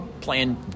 playing